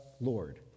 Lord